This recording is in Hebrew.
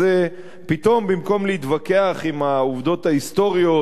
אז פתאום במקום להתווכח עם העובדות ההיסטוריות